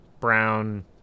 Brown